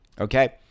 okay